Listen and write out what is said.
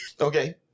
okay